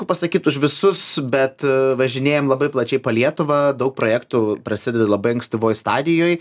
sunku pasakyt už visus bet važinėjam labai plačiai po lietuvą daug projektų prasideda labai ankstyvoj stadijoj